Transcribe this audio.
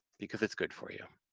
because it's good for you.